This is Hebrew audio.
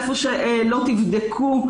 ואיפה שלא תבדקו,